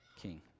king